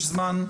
יש זמן,